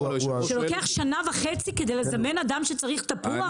לוקח שנה וחצי לזמן אדם שצריך תפוח?